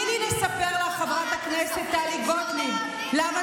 איך יכול להיות שיש מפלגות שיכולות לרוץ